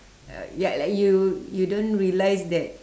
uh ya like you you don't realise that